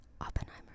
Oppenheimer